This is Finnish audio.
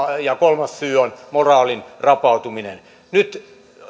ja kolmas syy on moraalin rapautuminen nyt